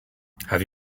have